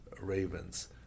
Ravens